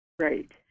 Right